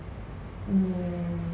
mmhmm